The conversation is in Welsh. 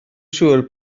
siŵr